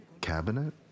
cabinet